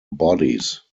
bodies